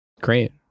Great